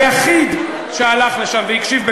היחיד שהלך לשם והקשיב,